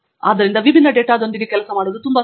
ಆದ್ದರಿಂದ ವಿಭಿನ್ನ ಡೇಟಾದೊಂದಿಗೆ ಕೆಲಸ ಮಾಡುವುದು ತುಂಬಾ ಸುಲಭ